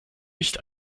nicht